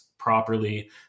properly